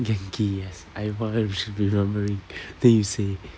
genki yes I was remembering then you say